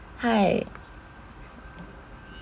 hi